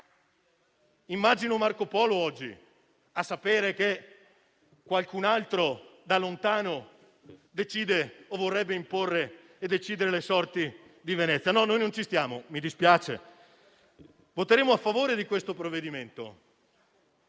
di Marco Polo se oggi sapesse che qualcun altro da lontano vorrebbe imporre e decidere le sorti di Venezia. Noi non ci siamo, mi dispiace. Voteremo a favore di questo provvedimento,